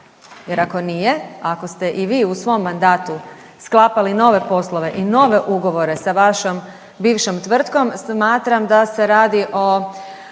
Jer ako nije, ako ste i vi u svom mandatu sklapali nove poslove i nove ugovore sa vašom bivšom tvrtkom, smatram da se radi o